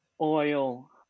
oil